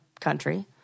country